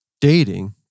dating